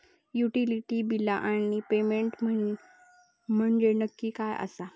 Utility बिला आणि payment म्हंजे नक्की काय आसा?